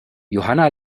johanna